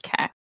okay